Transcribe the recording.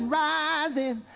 rising